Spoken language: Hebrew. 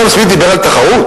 אדם סמית דיבר על תחרות,